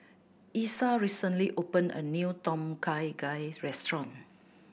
Exa recently open a new Tom Kha Gai restaurant